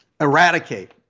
eradicate